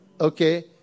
Okay